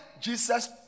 Jesus